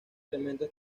elementos